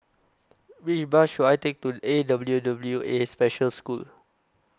Which Bus should I Take to A W W A Special School